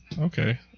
Okay